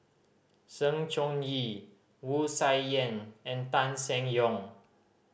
Sng Choon Yee Wu Tsai Yen and Tan Seng Yong